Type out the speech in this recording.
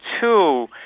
two